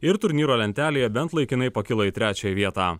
ir turnyro lentelėje bent laikinai pakilo į trečiąją vietą